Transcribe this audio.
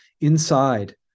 inside